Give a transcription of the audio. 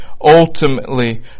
ultimately